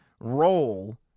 role